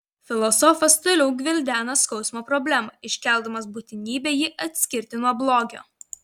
filosofas toliau gvildena skausmo problemą iškeldamas būtinybę jį atskirti nuo blogio